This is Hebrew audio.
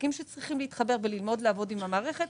עסקים שצריכים להתחבר וללמוד לעבוד עם המערכת.